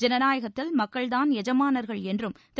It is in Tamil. ஜனநாயகத்தில் மக்கள் தான் எஜமானர்கள் என்றும் திரு